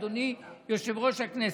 אדוני יושב-ראש הכנסת.